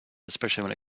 especially